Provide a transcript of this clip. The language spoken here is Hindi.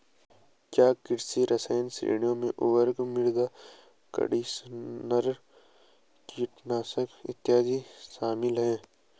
क्या कृषि रसायन श्रेणियों में उर्वरक, मृदा कंडीशनर, कीटनाशक इत्यादि शामिल हैं?